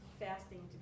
fasting